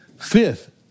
Fifth